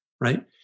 right